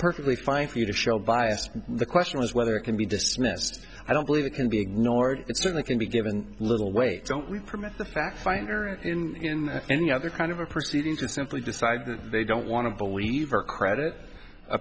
perfectly fine for you to show bias the question is whether it can be dismissed i don't believe it can be ignored it certainly can be given little weight don't we permit the fact finder and in any other kind of a proceeding to simply decide that they don't want to believe or credit a